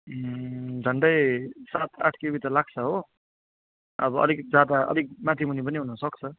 झन्डै सात आठ किबी त लाग्छ हो अब अलिक ज्यादा अलिक माथि मुनि पनि हुनु सक्छ